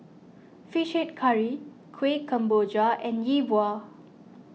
Fish Head Curry Kuih Kemboja and Yi Bua